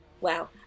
wow